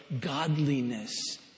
godliness